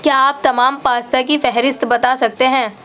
کیا آپ تمام پاستا کی فہرست بتا سکتے ہیں